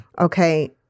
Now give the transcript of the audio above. Okay